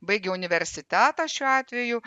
baigė universitetą šiuo atveju